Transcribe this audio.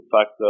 factor